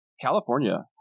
California